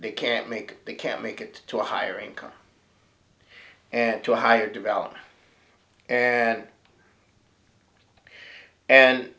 they can't make they can't make it to a higher income and to a higher developed and and